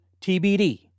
TBD